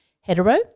Hetero